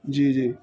جی جی